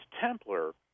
Templar